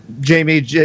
jamie